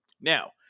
Now